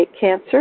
cancer